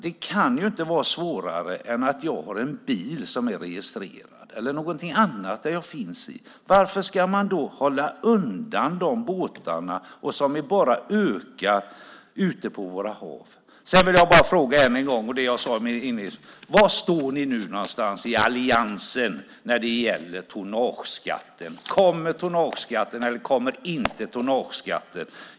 Det kan inte vara svårare än att jag har en bil som är registrerad eller någonting annat register som jag finns i. Varför ska man hålla undan båtarna, som bara ökar ute på våra hav? Sedan vill jag bara fråga än en gång om det jag tog upp inledningsvis: Var står ni nu någonstans i alliansen när det gäller tonnageskatten? Kommer tonnageskatten eller inte?